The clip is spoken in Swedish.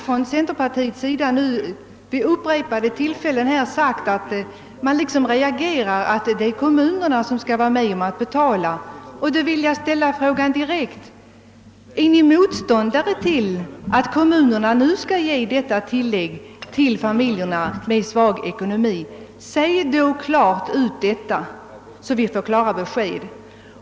Från centerpartiet har man vid upprepade tillfällen reagerat mot att kommunerna skulle vara med och betala kostnaderna för ett tillägg till familjer med svag ekonomi. Får jag då ställa den direkta frågan: Är ni inom centerpartiet "alltså motståndare till att så sker? Säg i så fall ut detta klart, så att vi får ett bestämt besked i det fallet.